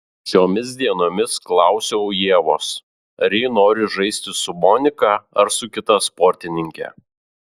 šiomis dienomis klausiau ievos ar ji nori žaisti su monika ar su kita sportininke